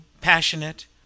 passionate